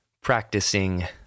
practicing